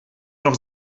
noch